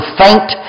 faint